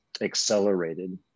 accelerated